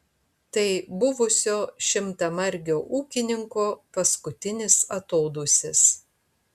tai buvusio šimtamargio ūkininko paskutinis atodūsis